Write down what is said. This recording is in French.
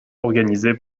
organisées